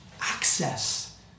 Access